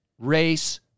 race